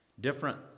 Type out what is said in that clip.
different